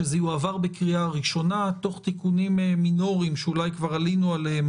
שזה יועבר בקריאה ראשונה תוך תיקונים מינוריים שאולי כבר עלינו עליהם,